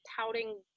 touting